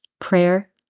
prayer